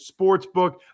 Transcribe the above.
Sportsbook